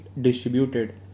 distributed